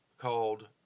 called